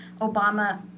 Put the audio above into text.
Obama